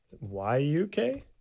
Y-U-K